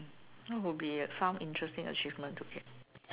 what would be some of the interesting achievement to get